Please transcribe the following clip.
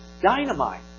dynamite